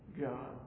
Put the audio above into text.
God